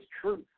truth